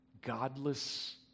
godless